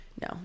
no